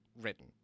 written